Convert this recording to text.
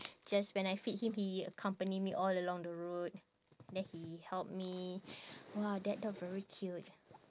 just when I feed him he accompany me all along the road then he help me !wah! that dog very cute